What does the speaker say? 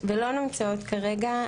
ולא נמצאות כרגע: